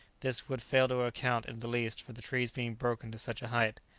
this would fail to account in the least for the trees being broken to such a height.